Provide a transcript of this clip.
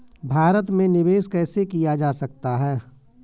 भारत में निवेश कैसे किया जा सकता है?